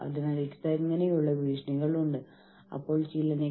അത് അവർ അതൃപ്തരാകുമ്പോൾ മാത്രമാണ്